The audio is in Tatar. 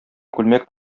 күлмәк